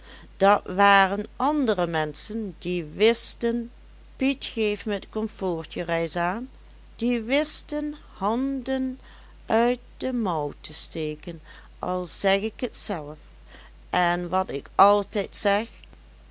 dat waren andere menschen die wisten piet geef me t komfoortje reis aan die wisten handen uit de mouw te steken al zeg ik t zelf en wat ik altijd zeg ze